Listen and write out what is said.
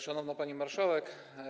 Szanowna Pani Marszałek!